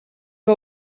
que